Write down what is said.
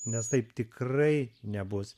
nes taip tikrai nebus